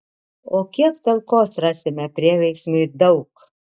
o kiek talkos rasime prieveiksmiui daug